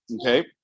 okay